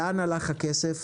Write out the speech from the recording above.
לאן הלך הכסף,